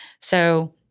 So-